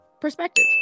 perspective